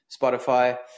Spotify